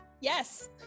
Yes